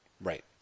right